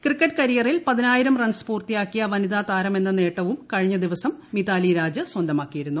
cricket കരിയറിൽ പതിനായിരം runs പൂർത്തിയാക്കിയ വനിതാ താരമെന്ന നേട്ടവും കഴിഞ്ഞദിവസം മിതാലി രാജ് സ്വന്തമാക്കിയിരുന്നു